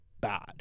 bad